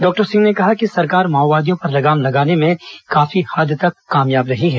doctor Singh ने कहा कि सरकार माओवादियों पर लगाम लगाने में काफी हद तक कामयाब रही है